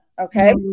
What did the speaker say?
Okay